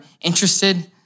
interested